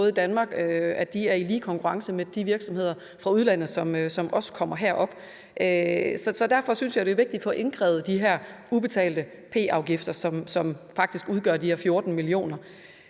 der gør, at de er i lige konkurrence med de virksomheder fra udlandet, som også kommer herop. Derfor synes jeg, det er vigtigt at få indkrævet de her ubetalte p-afgifter, som faktisk udgør de her 14 mio.